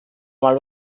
mal